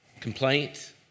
Complaint